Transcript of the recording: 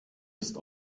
ist